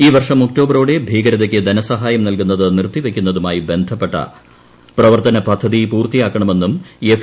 ഈ വർഷം ഒക്ടോബറോടെ ഭീകരത്തിക്ക് ധനസഹായം നൽകുന്നത് നിർത്തിവയ്ക്കുന്നതുമായീ ബന്ധപ്പെട്ട പ്രവർത്തന പദ്ധതി പൂർത്തിയാ ക്കണമെന്നും എഫ്